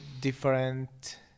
different